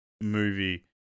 movie